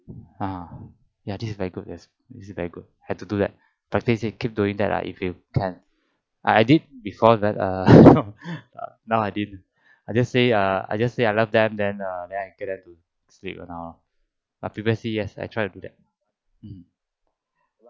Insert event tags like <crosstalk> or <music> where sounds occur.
ah ya this is very good yes this is very good had to do that practice you keep doing that lah if you can I I did before that err <laughs> now I didn't I just say uh I just say I love them then uh then I get them to sleep and all uh previously yes I try to do that mm